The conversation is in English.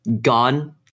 gone